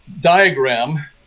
diagram